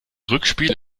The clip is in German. rückspiel